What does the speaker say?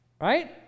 Right